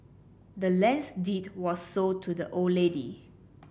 the land's deed was sold to the old lady